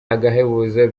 agahebuzo